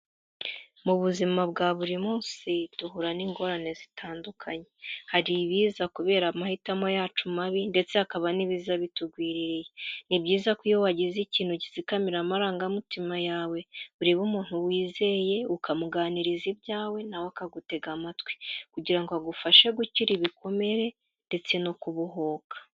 Mu buzima bwa buri munsi, duhura n'ingorane zitandukanye. Hari ibiza kubera amahitamo yacu mabi ndetse hakaba n'ibiza bitugwiririye. Ni byiza ko iyo wagize ikintu gitsikamira amarangamutima yawe, ureba umuntu wizeye ukamuganiriza ibyawe, na we akagutega amatwi, kugira ngo agufashe gukira ibikomere ndetse no kubohoka.